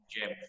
gem